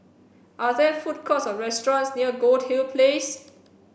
are there food courts or restaurants near Goldhill Place